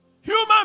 human